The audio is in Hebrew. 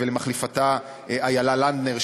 ולמחליפתה אילה לנדנר,